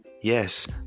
Yes